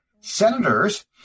Senators